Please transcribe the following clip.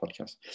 podcast